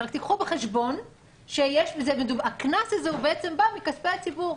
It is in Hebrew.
רק תיקחו בחשבון שהקנס הזה בעצם בא מכספי הציבור.